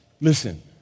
Listen